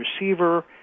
receiver